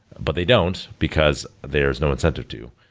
but they don't, because there's no incentive too.